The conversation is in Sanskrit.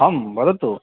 आं वदतु